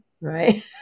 right